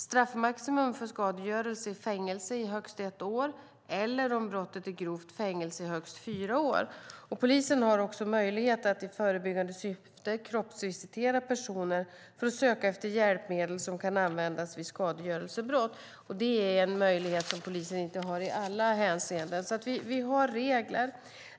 Straffmaximum för skadegörelse är fängelse i högst ett år eller, om brottet är grovt, fängelse i högst fyra år. Polisen har också möjlighet att i förebyggande syfte kroppsvisitera personer för att söka efter hjälpmedel som kan användas vid skadegörelsebrott. Det är en möjlighet som polisen inte har i alla hänseenden. Vi har regler.